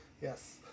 Yes